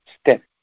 step